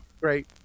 Great